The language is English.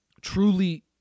truly